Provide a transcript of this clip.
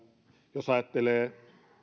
jos ajattelee